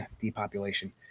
Depopulation